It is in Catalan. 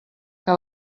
que